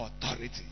authority